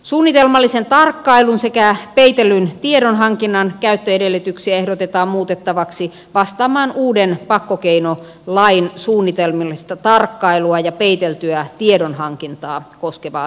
suunnitelmallisen tarkkailun sekä peitellyn tiedonhankinnan käyttöedellytyksiä ehdotetaan muutettavaksi vastaamaan uuden pakkokeinolain suunnitelmallista tarkkailua ja peiteltyä tiedonhankintaa koskevaa säätelyä